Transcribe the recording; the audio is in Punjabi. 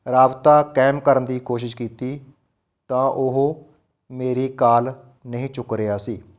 ਰਾਬਤਾ ਕਾਇਮ ਕਰਨ ਦੀ ਕੋਸ਼ਿਸ਼ ਕੀਤੀ ਤਾਂ ਉਹ ਮੇਰੀ ਕਾਲ ਨਹੀਂ ਚੁੱਕ ਰਿਹਾ ਸੀ